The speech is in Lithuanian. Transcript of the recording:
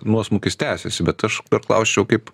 nuosmukis tęsiasi bet aš perklausčiau kaip